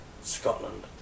Scotland